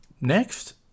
Next